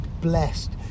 Blessed